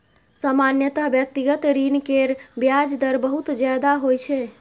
सामान्यतः व्यक्तिगत ऋण केर ब्याज दर बहुत ज्यादा होइ छै